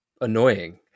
annoying